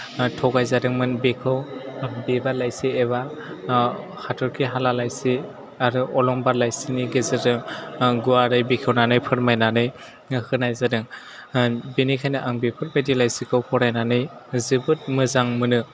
थगाय जादोंमोन बेखौ बिबार लाइसि एबा हाथरखि हाला लाइसि आरो अलंबार लाइसिनि गेजेरजों गुवारै बेखेवनानै फोरमायनानै होनाय जादों बेनिखायनो आं बेफोर बायदि लाइसिखौ फरायनानै जोबोर मोजां मोनो